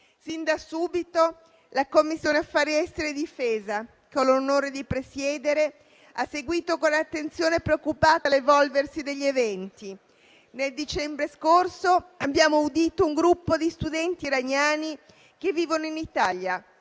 Sin da subito, la Commissione affari esteri e difesa che ho l'onore di presiedere ha seguito con attenzione preoccupata l'evolversi degli eventi. Nel dicembre scorso abbiamo audito un gruppo di studenti iraniani che vivono in Italia.